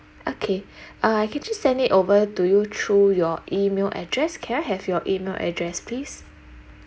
okay uh I can just send it over to you through your email address can I have your email address please